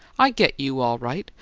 i get you, all right!